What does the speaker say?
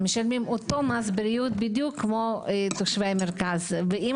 משלמים את אותו מס בריאות בדיוק כמו תושבי המרכז ואם